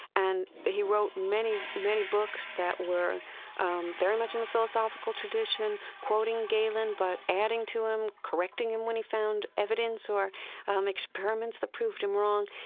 and but he wrote many, many books that were um very much in the philosophical tradition, quoting galen but adding to him, correcting him when he found evidence or um experiments that proved him wrong.